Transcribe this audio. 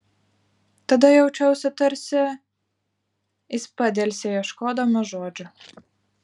tada jaučiuosi tarsi jis padelsė ieškodamas žodžių